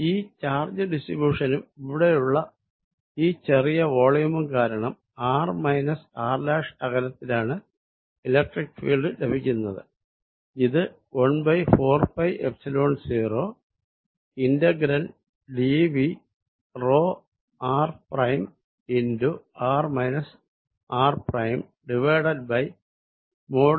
ഈ ചാർജ് ഡിസ്ട്രിബ്യുഷനും ഇവിടെയുള്ള ഈ ചെറിയ വോളിയമും കാരണം r r അകലത്തിലാണ് ഇലക്ട്രിക്ക് ഫീൽഡ് ലഭിക്കുന്നത്